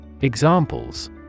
Examples